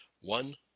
One